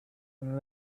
and